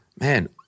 man